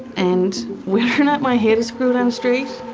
and whether not my head's screwed on straight,